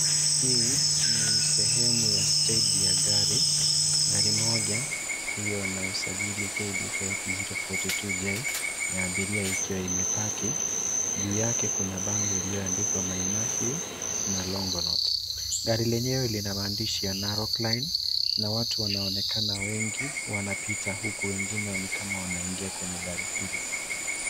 Hii ni sehemu ya stage ya gari. Gari moja iliyo na usajili KDH 042J ya abiria ikiwa imepaki. Juu yake kuna bango iliyoandiwa; Mai Mahiu na Longonot. Gari lenyewe lina maandishi ya Narok line na watu wanaonekana wengi wanapita, huku wengine ni kama wanaingia kwenye gari hilo.